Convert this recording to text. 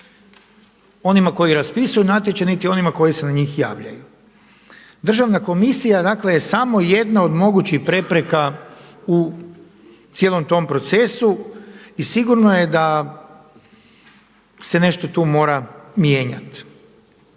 onima koji raspisuju natječaj, niti onima koji se na njih javljaju. Državna komisija dakle samo je jedna od mogućih prepreka u cijelom tom procesu i sigurno je da se nešto tu mora mijenjat.